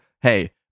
Hey